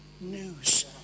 news